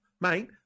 mate